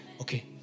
Okay